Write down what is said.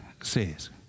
says